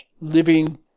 living